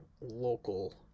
local